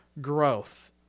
growth